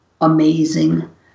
amazing